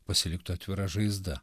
pasiliktų atvira žaizda